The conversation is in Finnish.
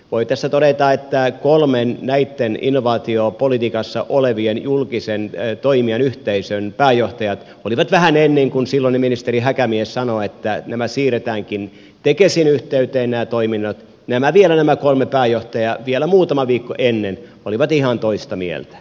voi tässä todeta että kolme näitten innovaatiopolitiikassa olevien julkisten toimijoiden yhteisöjen pääjohtajaa oli vähän ennen kuin silloinen ministeri häkämies sanoi että nämä toiminnot siirretäänkin tekesin yhteyteen ja toiminut nämä vielä nämä kolme pääjohtaja vielä muutama viikko ennen ihan toista mieltä